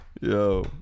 yo